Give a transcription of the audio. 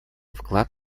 вклад